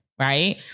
Right